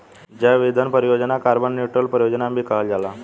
जैव ईंधन परियोजना के कार्बन न्यूट्रल परियोजना भी कहल जाला